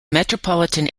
metropolitan